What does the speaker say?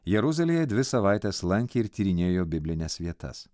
jeruzalėje dvi savaites lankė ir tyrinėjo biblines vietas